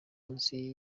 munsi